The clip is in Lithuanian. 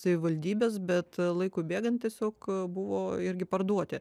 savivaldybės bet laikui bėgant tiesiog buvo irgi parduoti